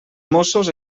mossos